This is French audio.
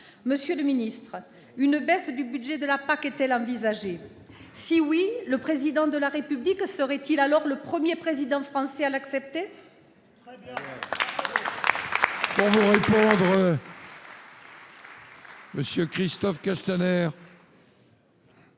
Monsieur le ministre, une baisse du budget de la PAC est-elle envisagée ? Si oui, le Président de la République sera-t-il alors le premier Président français à l'accepter ?